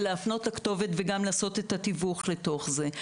להפנות לכתובת וגם לעשות את התיווך לתוך זה.